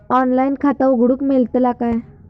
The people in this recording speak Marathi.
ऑनलाइन खाता उघडूक मेलतला काय?